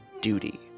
duty